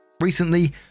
Recently